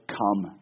come